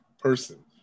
person